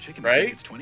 Right